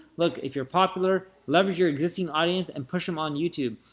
look, if you're popular, leverage your existing audience, and push them on youtube.